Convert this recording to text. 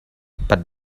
but